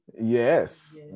yes